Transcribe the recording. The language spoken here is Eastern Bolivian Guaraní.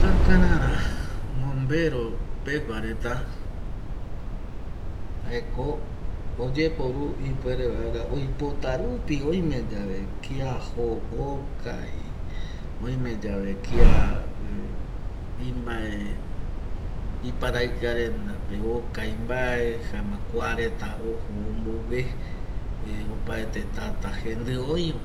Takarara mbombero pegua reta jaeko oyeporu ipuere vaera oipota rupi oime yave kia jo okai, oime yave kia imbae iparaikia rendape mbae okai mbae jaema kua reta ojo ombogue eh tata jendi oiva